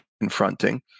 confronting